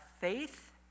faith